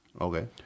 Okay